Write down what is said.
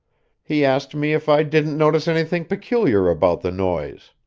he asked me if i didn't notice anything peculiar about the noise.